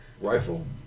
Rifle